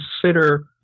consider